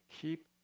keep